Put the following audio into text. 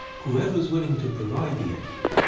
whoever's, willing to provide the aid